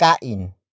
Kain